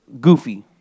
goofy